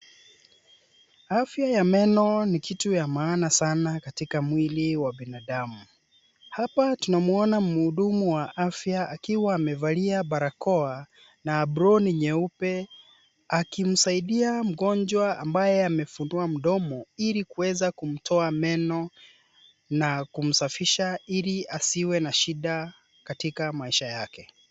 Afya ya meno ni kitu cha maana sana katika mwili wa binadamu. Hapa, tunamuona mhudumu wa afya akiwa amevalia barakoa na aproni nyeupe, akimsaidia mgonjwa ambaye amefungua mdomo ili kuweza kumtoa meno na kumsafisha, ili asiwe na shida katika maisha yake.